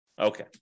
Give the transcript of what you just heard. Okay